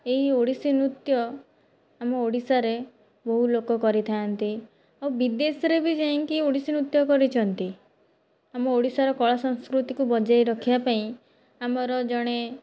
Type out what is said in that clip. ଏଇ ଓଡ଼ିଶୀ ନୃତ୍ୟ ଆମ ଓଡ଼ିଶାରେ ବହୁ ଲୋକ କରିଥାନ୍ତି ଓ ବିଦେଶରେ ବି ଯାଇଁକି ଓଡ଼ିଶୀ ନୃତ୍ୟ କରିଛନ୍ତି ଆମ ଓଡ଼ିଶାର କଳା ସଂସ୍କୃତିକୁ ବଜାଇ ରଖିବା ପାଇଁ ଆମର ଜଣେ